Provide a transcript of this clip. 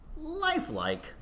lifelike